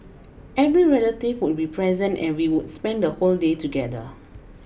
every relative would be present and we would spend the whole day together